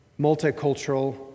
multicultural